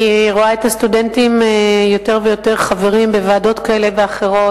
אני רואה את הסטודנטים יותר ויותר חברים בוועדות כאלה ואחרות.